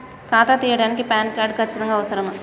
ఖాతా తీయడానికి PAN card ఖచ్చితంగా అవసరమా?